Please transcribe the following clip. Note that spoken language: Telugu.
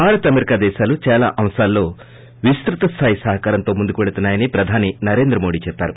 భారత్ అమెరికా దేశాలు చాలా అంశాల్లో విస్తృత స్లాయి సహకారంతో ముందుకు పెళ్తున్నాయని ప్రధానమంత్రి నరేంద్ర మోడి చెప్పారు